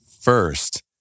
First